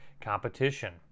competition